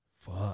Fuck